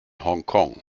hongkong